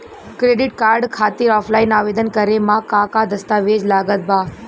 Credit card खातिर offline आवेदन करे म का का दस्तवेज लागत बा?